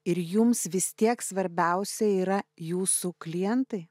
ir jums vis tiek svarbiausia yra jūsų klientai